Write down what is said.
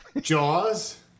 Jaws